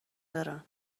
دارن